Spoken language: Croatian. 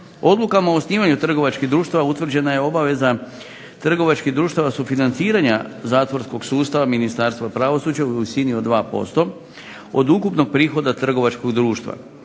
Odlukama o osnivanju trgovačkih društava utvrđena je obaveza trgovačkih društava sufinanciranja zatvorskog sustava Ministarstva pravosuđa u visini od 2% od ukupnog prihoda trgovačkog društva.